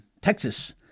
Texas